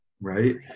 right